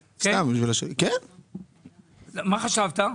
כן, מה חשבת?